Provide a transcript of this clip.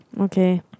Okay